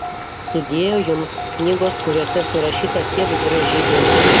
sudieu jums knygos kuriose surašyta tiek gražybių